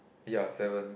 ya seven